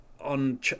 on